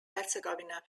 herzegovina